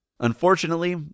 Unfortunately